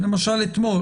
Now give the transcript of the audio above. למשל אתמול.